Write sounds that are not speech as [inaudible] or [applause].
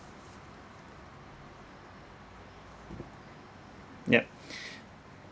yup [breath]